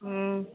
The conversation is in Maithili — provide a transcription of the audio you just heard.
हूँ